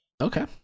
Okay